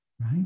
right